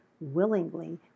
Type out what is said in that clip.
willingly